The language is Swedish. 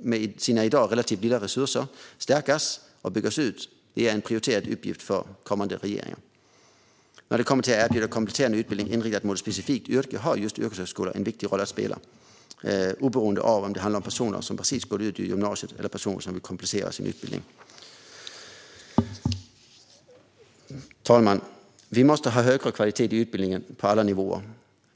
med sina i dag relativt små resurser, stärkas och byggas ut. Detta är en prioriterad uppgift för den kommande regeringen. När det gäller att erbjuda kompletterande utbildning inriktad mot ett specifikt yrke har just yrkeshögskolan en viktig roll att spela, oavsett om det handlar om personer som precis gått ut gymnasiet eller personer som vill komplettera sin utbildning. Fru talman! Vi måste ha högre kvalitet i utbildningen på alla nivåer.